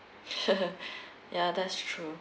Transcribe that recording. ya that's true